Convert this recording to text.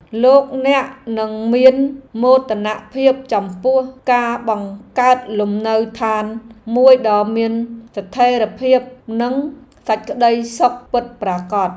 លោកអ្នកនឹងមានមោទនភាពចំពោះការបង្កើតលំនៅឋានមួយដ៏មានស្ថិរភាពនិងសេចក្ដីសុខពិតប្រាកដ។